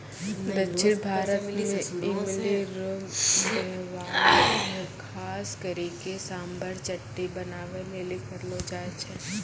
दक्षिण भारत मे इमली रो वेहवार खास करी के सांभर चटनी बनाबै लेली करलो जाय छै